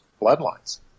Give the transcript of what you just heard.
bloodlines